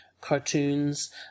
cartoons